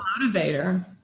motivator